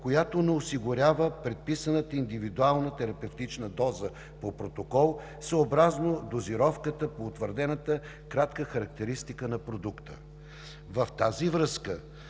която не осигурява предписаната индивидуална терапевтична доза по протокол, съобразно дозировката по утвърдената кратка характеристика на продукта. В тази връзка